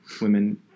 Women